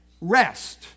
Rest